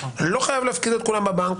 אני לא חייב להפקיד את הכל בבנק.